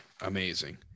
amazing